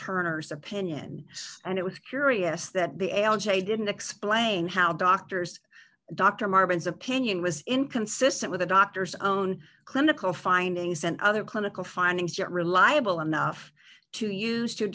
turner's opinion and it was curious that the algae didn't explain how doctors dr martens opinion was inconsistent with the doctor's own clinical findings and other clinical findings yet reliable enough to use to